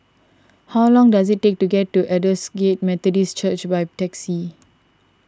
how long does it take to get to Aldersgate Methodist Church by taxi